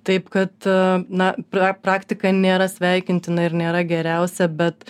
taip kad na pra praktika nėra sveikintina ir nėra geriausia bet